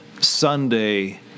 Sunday